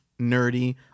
nerdy